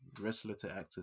wrestler-to-actor